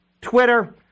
Twitter